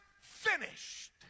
finished